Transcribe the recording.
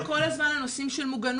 מדברים אצלכם כל הזמן על נושא של מוגנות,